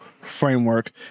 framework